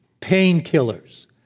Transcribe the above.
painkillers